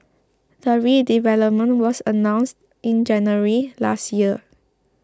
the redevelopment was announced in January last year